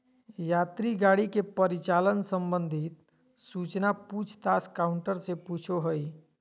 यात्री गाड़ी के परिचालन संबंधित सूचना पूछ ताछ काउंटर से पूछो हइ